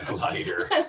Lighter